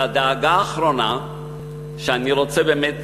והדאגה האחרונה שאני רוצה באמת